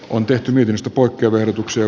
on tehty viidestä poikkevertuksi